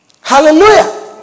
Hallelujah